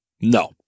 No